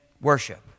worship